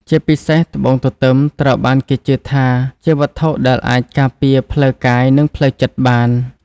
ជាពិសេស ត្បូងទទឹមត្រូវបានគេជឿថាជាវត្ថុដែលអាចការពារផ្លូវកាយនិងផ្លូវចិត្តបាន។